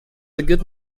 good